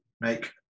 make